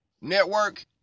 Network